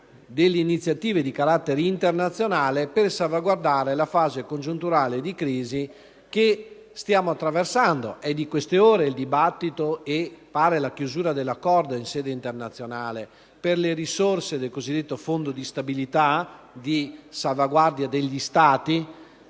delle iniziative di carattere internazionale per salvaguardarsi dalla fase congiunturale di crisi che stiamo attraversando. È di queste ore il dibattito e - pare - la chiusura dell'accordo in sede internazionale sulle risorse del cosiddetto fondo di stabilità e di salvaguardia degli Stati,